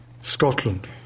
Scotland